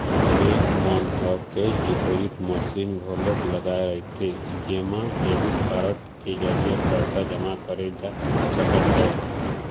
bank मन ह cash deposit machine घलोक लगाए रहिथे एमा डेबिट कारड के जरिए पइसा जमा करे जा सकत हे